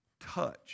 touch